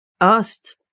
asked